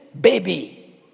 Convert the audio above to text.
baby